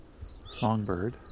songbird